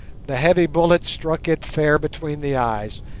the heavy bullet struck it fair between the eyes,